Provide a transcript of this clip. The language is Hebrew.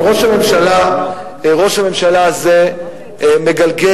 אבל ראש הממשלה הזה מגלגל,